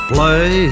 Play